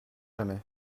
jamais